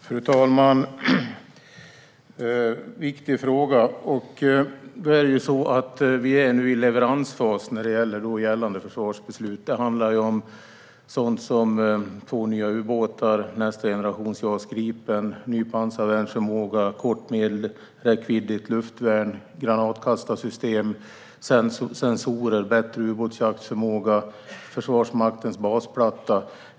Fru talman! Det här är en viktig fråga. Vi är nu i leveransfasen av gällande försvarsbeslut. Det handlar om sådant som två nya ubåtar, nästa generations JAS Gripen, ny pansarvärnsförmåga, kort och medellång räckvidd i ett luftvärn, granatkastarsystem, sensorer, bättre ubåtsjaktsförmåga och Försvarsmaktens basplatta.